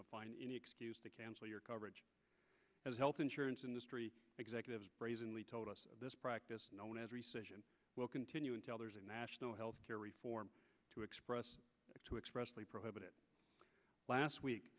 to find any excuse to cancel your coverage as health insurance industry executives brazenly told us this practice known as recession will continue until there is a national health care reform to express it to expressly prohibit it last week